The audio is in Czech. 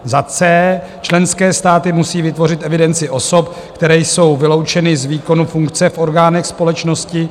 c) Členské státy musí vytvořit evidenci osob, které jsou vyloučeny z výkonu funkce v orgánech společnosti.